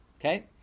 Okay